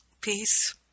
peace